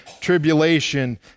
tribulation